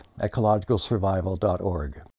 EcologicalSurvival.org